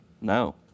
No